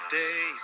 day